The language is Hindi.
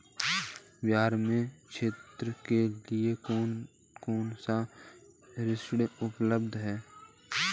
बिहार में छात्रों के लिए कौन कौन से ऋण उपलब्ध हैं?